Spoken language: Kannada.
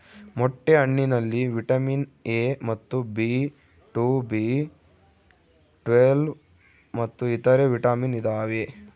ಮೊಟ್ಟೆ ಹಣ್ಣಿನಲ್ಲಿ ವಿಟಮಿನ್ ಎ ಮತ್ತು ಬಿ ಟು ಬಿ ಟ್ವೇಲ್ವ್ ಮತ್ತು ಇತರೆ ವಿಟಾಮಿನ್ ಇದಾವೆ